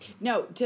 No